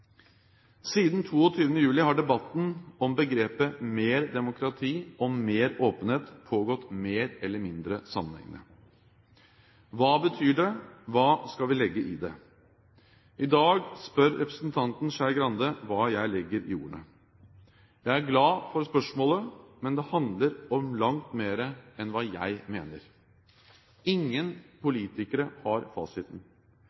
Siden 22. juli har debatten om begrepet «mer demokrati og mer åpenhet» pågått mer eller mindre sammenhengende. Hva betyr det? Hva skal vi legge i det? I dag spør representanten Trine Skei Grande hva jeg legger i ordene. Jeg er glad for spørsmålet, men det handler om langt mer enn hva jeg mener. Ingen